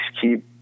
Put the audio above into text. keep